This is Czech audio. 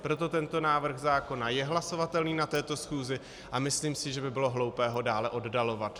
Proto tento návrh zákona je hlasovatelný na této schůzi a myslím si, že by bylo hloupé ho dále oddalovat.